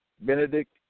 Benedict